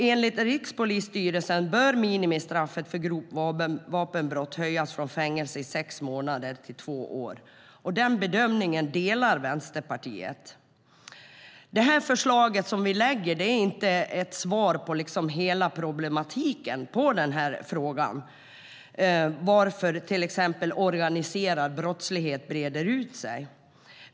Enligt Rikspolisstyrelsen bör minimistraffet för grovt vapenbrott höjas från fängelse i sex månader till två år. Den bedömningen delar Vänsterpartiet. Det förslag som vi lägger fram är inte ett svar på hela problematiken i frågan, till exempel varför organiserad brottslighet breder ut sig.